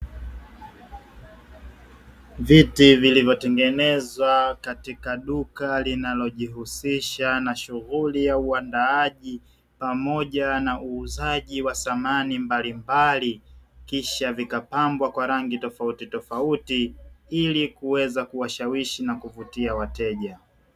Viti vilivyotengenezwa katika duka linalojihusisha na shughuli ya uandaaji pamoja na uuzaji wa samani mbalimbali; kisha vikapambwa kwa rangi tofautitofauti ili kuweza kuwashawishi na kuvutia wateja.